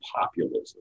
populism